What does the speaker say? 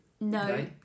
No